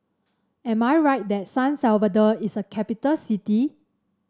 am I right that San Salvador is a capital city